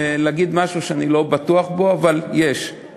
להגיד משהו שאני לא בטוח בו, אבל יש.